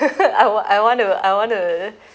I want I want to I want to